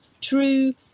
true